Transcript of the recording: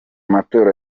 matora